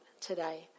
today